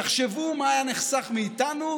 תחשבו מה היה נחסך מאיתנו,